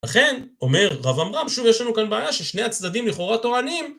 לכן, אומר רב עמרם, שוב, יש לנו כאן בעיה ששני הצדדים לכאורה תורניים